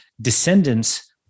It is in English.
descendants